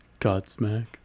Godsmack